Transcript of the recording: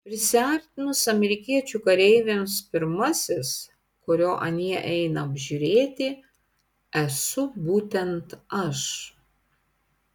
prisiartinus amerikiečių kareiviams pirmasis kurio anie eina apžiūrėti esu būtent aš